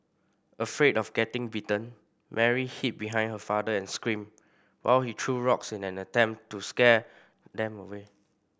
afraid of getting bitten Mary hid behind her father and screamed while he threw rocks in an attempt to scare them away